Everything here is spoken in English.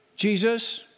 Jesus